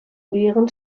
leeren